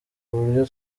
buryo